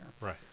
Right